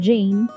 Jane